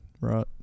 right